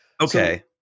okay